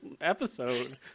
episode